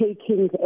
taking